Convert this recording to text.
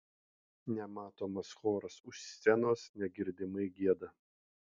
nematomas choras už scenos negirdimai gieda